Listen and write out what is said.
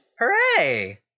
Hooray